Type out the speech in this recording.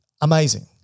amazing